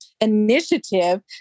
initiative